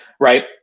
right